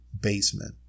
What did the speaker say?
basement